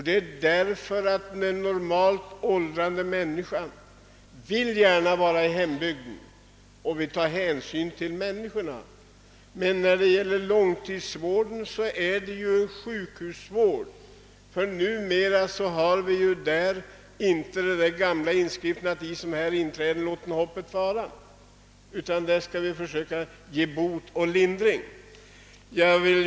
Jo, därför att den normalt åldrande människan gärna vill vara i hembygden, och vi tar hänsyn till människorna. Men inom långtidsvården är det ju fråga om sjukhusvård, och vi önskar i dag inte se inskriptionen »I som här inträden, låten hoppet fara» över sjukhusportarna, utan vi vill försöka ge bot och lindring på sjukhusen.